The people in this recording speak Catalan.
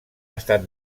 estat